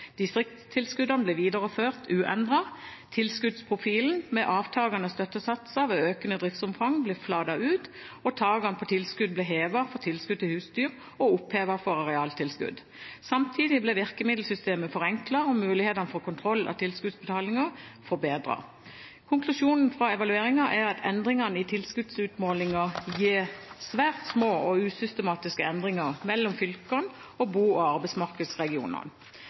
ble videreført uendret. Tilskuddsprofilen, med avtakende støttesatser ved økende driftsomfang, ble flatet ut, og takene på tilskudd ble hevet for tilskudd til husdyr og opphevet for arealtilskudd. Samtidig ble virkemiddelsystemet forenklet og mulighetene for kontroll av tilskuddsutbetalingene forbedret. Konklusjonen fra evalueringen er at endringene i tilskuddsutmålingen gir svært små og usystematiske endringer mellom fylkene og bo- og arbeidsmarkedsregionene.